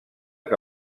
que